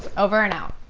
over and out!